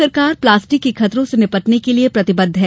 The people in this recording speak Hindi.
राज्य शासन प्लास्टिक के खतरों से निपटने के लिये प्रतिबद्ध है